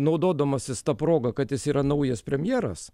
naudodamasis ta proga kad jis yra naujas premjeras